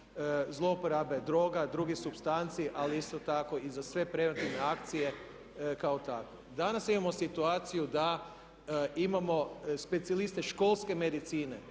zlouporabe droga, drugih supstanci ali isto tako i za sve preventivne akcije kao takve. Danas imamo situaciju da imamo specijaliste školske medicine,